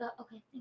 Okay